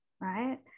right